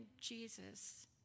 Jesus